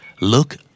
look